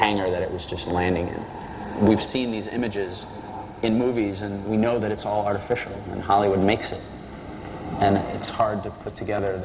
hangar that it was just landing and we've seen these images in movies and we know that it's all artificial and hollywood makes and it's hard to put together